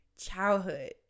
childhood